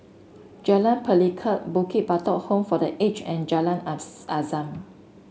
Jalan Pelikat Bukit Batok Home for The Age and Jalan Azam